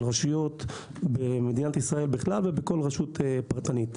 של רשויות במדינת ישראל בכלל ובכל רשות פרטנית.